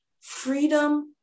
freedom